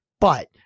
but-